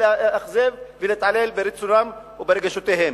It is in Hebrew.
לאכזב ולהתעלל ברצונם וברגשותיהם.